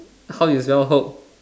how you spell hook